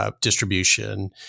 Distribution